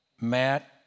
Matt